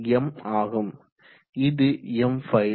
m ஆகும் இது M file